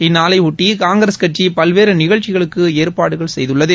இந்நாளைபொட்டி காங்கிரஸ் கட்சி பல்வேறு நிகழ்ச்சிகளுக்கு ஏற்பாடுகள் செய்துள்ளது